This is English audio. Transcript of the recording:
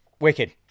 Wicked